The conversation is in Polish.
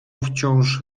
wciąż